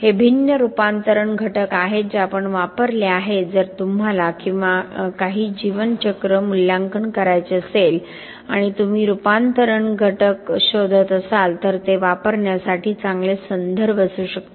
हे भिन्न रूपांतरण घटक आहेत जे आपण वापरले आहेत जर तुम्हाला किंवा तुम्हाला काही जीवन चक्र मूल्यांकन करायचे असेल आणि तुम्ही रूपांतरण घटक शोधत असाल तर ते वापरण्यासाठी चांगले संदर्भ असू शकतात